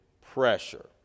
pressure